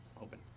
open